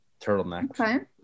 Turtleneck